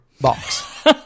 box